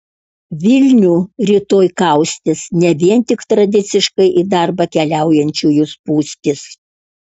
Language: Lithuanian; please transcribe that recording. vilnių rytoj kaustys ne vien tik tradiciškai į darbą keliaujančiųjų spūstys